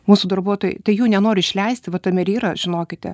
mūsų darbuotojai tai jų nenori išleisti va tame ir yra žinokite